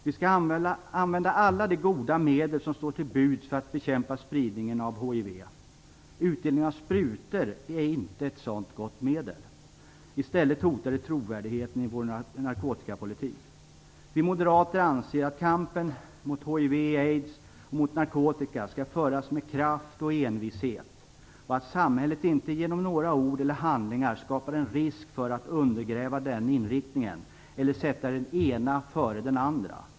Vi skall använda alla de goda medel som står till buds för att bekämpa spridningen av hiv. Utdelning av sprutor är inte ett sådant gott medel. I stället hotar det trovärdigheten i vår narkotikapolitik. Vi moderater anser att kampen mot hiv och aids och mot narkotikan skall föras med kraft och envishet och att samhället inte genom ord och handlingar skapar en risk för att den inriktningen undergrävs eller för att den ene sätts före den andre.